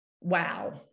Wow